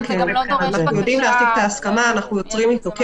אנחנו יוצרים איתו קשר,